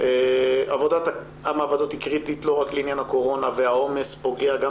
עבודת המעבדות היא קריטית לא רק לעניין הקורונה והעומס פוגע גם